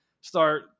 start